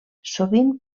sovint